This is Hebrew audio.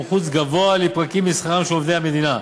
חוץ גבוה לפרקים משכרם של עובדי המדינה,